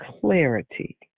clarity